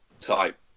type